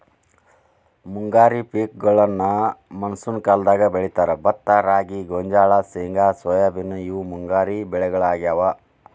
ಮುಂಗಾರಿ ಪೇಕಗೋಳ್ನ ಮಾನ್ಸೂನ್ ಕಾಲದಾಗ ಬೆಳೇತಾರ, ಭತ್ತ ರಾಗಿ, ಗೋಂಜಾಳ, ಶೇಂಗಾ ಸೋಯಾಬೇನ್ ಇವು ಮುಂಗಾರಿ ಬೆಳಿಗೊಳಾಗ್ಯಾವು